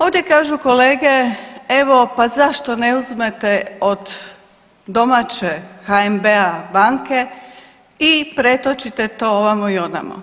Ovdje kažu kolege evo pa zašto ne uzmete od domaće HNB-a banke i pretočite to ovamo i onamo.